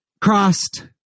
crossed